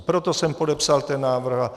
Proto jsem podepsal ten návrh.